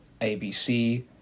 ABC